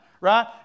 right